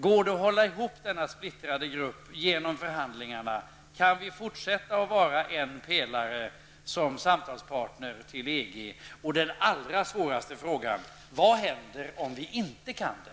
Går det att hålla ihop denna splittrade grupp genom förhandlingarna? Kan vi fortsätta att vara en pelare som samtalspartner till EG? Och den allra svåraste frågan: Vad händer om vi inte kan det?